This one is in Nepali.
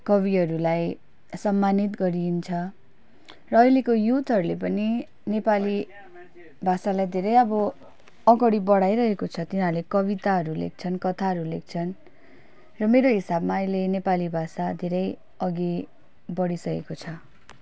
कविहरूलाई सम्मानित गरिन्छ र अहिलेको युथहरूले पनि नेपाली भाषालाई धेरै अब अगाडि बढाइरहेको छ तिनीहरूले कबिताहरू कथाहरू लेख्छन् र मेरो हिसाबमा अहिले नेपाली भाषा धेरै अघि बढिसकेको छ